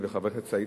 בבקשה.